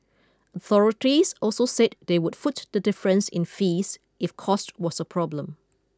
authorities also said they would foot the difference in fees if cost was a problem